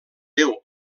déu